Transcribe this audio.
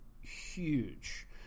huge